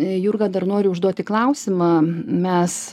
jurga dar noriu užduoti klausimą mes